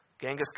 Genghis